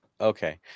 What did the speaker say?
okay